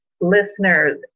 Listeners